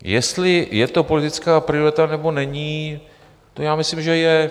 Jestli je to politická priorita, nebo není, to já myslím, že je.